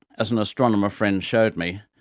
as an astronomer friend showed me,